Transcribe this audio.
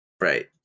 Right